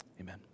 Amen